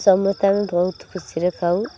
ସମସ୍ତ ଆମେ ବହୁତ ଖୁସିରେ ଖାଉ